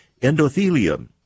endothelium